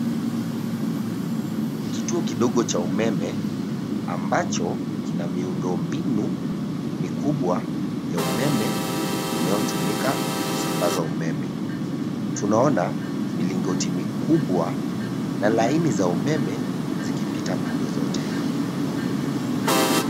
Kituo kidogo cha umeme ambacho kina miundo mbinu mikubwa ya umeme inayotumika kusambaza umeme, tunaona milingoti mikubwa na laini za umeme zikipita pande zote.